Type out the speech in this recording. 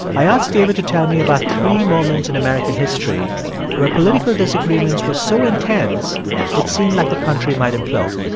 i asked david to tell me about three moments in american history where political disagreements were so intense it seemed like the country might implode.